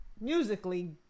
Musically